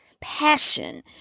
passion